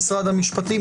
למשרד המשפטים,